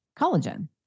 collagen